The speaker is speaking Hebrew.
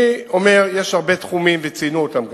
יש הרבה תחומים, וגם ציינו אותם.